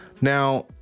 Now